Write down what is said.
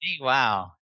Wow